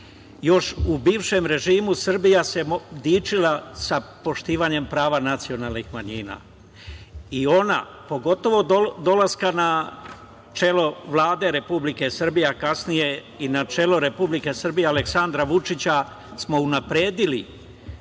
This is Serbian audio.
Još u bivšem režimu, Srbija se dičila sa poštovanjem prava nacionalnih manjina i ona, pogotovo dolaskom na čelo Vlade Republike Srbije, a kasnije i na čelo Republike Srbije, Aleksandra Vučića, smo unapredili